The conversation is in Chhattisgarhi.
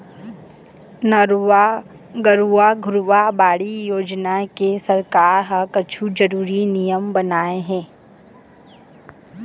नरूवा, गरूवा, घुरूवा, बाड़ी योजना के सरकार ह कुछु जरुरी नियम बनाए हे